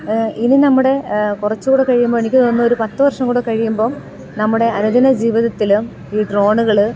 ഇനി നമ്മുടെ കുറച്ചു കൂടെ കഴിയുമ്പോൾ എനിക്ക് തോന്നുന്നു ഒരു പത്ത് വർഷം കൂടെ കഴിയുമ്പം നമ്മുടെ ജീവിതത്തിലും ഈ ഡ്രോണുകൾ